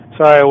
Sorry